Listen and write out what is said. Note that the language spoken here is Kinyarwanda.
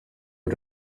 ari